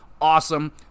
Awesome